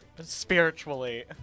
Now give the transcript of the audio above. spiritually